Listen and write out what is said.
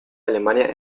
alemania